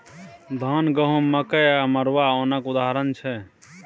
धान, गहुँम, मकइ आ मरुआ ओनक उदाहरण छै